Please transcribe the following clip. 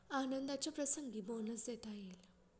आनंदाच्या प्रसंगी बोनस देता येईल